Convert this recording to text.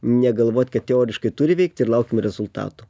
negalvot kad teoriškai turi veikti ir laukiam rezultatų